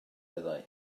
meddai